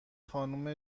خانم